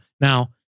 now